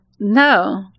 No